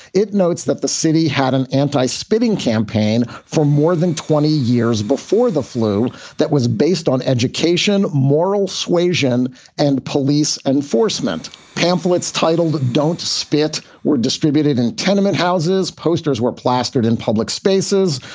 it notes that the city had an anti spitting campaign for more than twenty years before the flu that was based on education, moral suasion and police enforcement. pamphlets titled don't spit were distributed in tenement houses. posters were plastered in public spaces.